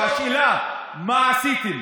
והשאלה, מה עשיתם?